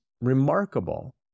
remarkable